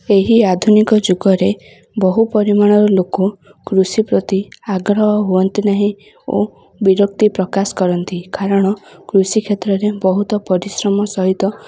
ଏହି ଆଧୁନିକ ଯୁଗରେ ବହୁ ପରିମାଣର ଲୋକ କୃଷି ପ୍ରତି ଆଗ୍ରହ ହୁଅନ୍ତି ନାହିଁ ଓ ବିରକ୍ତି ପ୍ରକାଶ କରନ୍ତି କାରଣ କୃଷି କ୍ଷେତ୍ରରେ ବହୁତ ପରିଶ୍ରମ ସହିତ